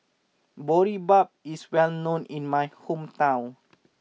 Boribap is well known in my hometown